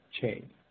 chain